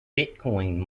bitcoin